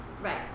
Right